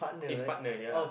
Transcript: is partner ya